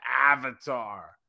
Avatar